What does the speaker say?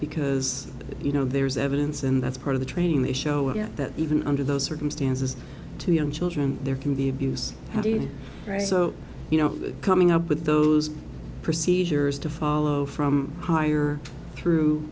because you know there's evidence and that's part of the training they show at that even under those circumstances to young children there can be abuse how do you write so you know coming up with those procedures to follow from higher through